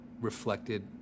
reflected